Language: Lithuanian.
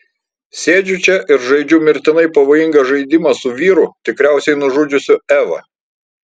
sėdžiu čia ir žaidžiu mirtinai pavojingą žaidimą su vyru tikriausiai nužudžiusiu evą